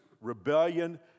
rebellion